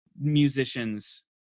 musicians